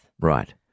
Right